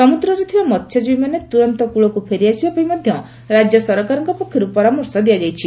ସମୁଦ୍ରରେ ଥିବା ମହ୍ୟଜୀବୀମାନେ ତୁରନ୍ତ କୁଳକୁ ଫେରି ଆସିବା ପାଇଁ ମଧ୍ୟ ରାଜ୍ୟ ସରକାରଙ୍କ ପକ୍ଷରୁ ପରାମର୍ଶ ଦିଆଯାଇଛି